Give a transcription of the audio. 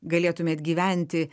galėtumėt gyventi